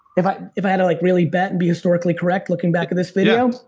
if i if i had to like really bet and be historically correct looking back at this video?